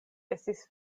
estis